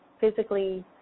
physically